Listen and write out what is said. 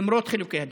למרות חילוקי הדעות.